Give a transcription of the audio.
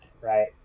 right